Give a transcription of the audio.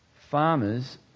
farmers